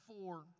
four